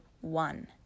one